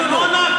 את עמונה.